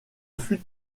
fut